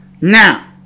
Now